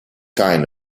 kind